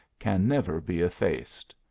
can never be effaced.